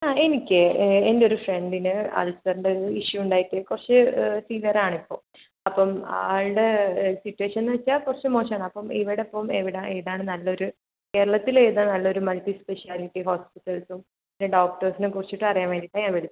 ആ എനിക്കേ എൻ്റെ ഒരു ഫ്രണ്ടിന് അൾസറിൻ്റ ഒരു ഇഷ്യൂ ഉണ്ടായിട്ട് കുറച്ച് സിവിയർ ആണ് ഇപ്പോൾ അപ്പം ആളുടെ സിറ്റുവേഷൻ എന്ന് വെച്ചാൽ കുറച്ച് മോശമാണ് അപ്പം ഇവിട ഇപ്പം എവിടെ ആണ് ഏതാണ് നല്ലൊരു കേരളത്തിൽ ഏതാണ് നല്ലൊരു മൾട്ടി സ്പെഷ്യാലിറ്റി ഹോസ്പിറ്റൽസും പിന്നെ ഡോക്ടേഴ്സിനെ കുറിച്ചിട്ടും അറിയാൻ വേണ്ടിയിട്ടാണ് ഞാൻ വിളിച്ചത്